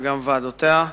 וגם ועדותיה.